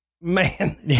man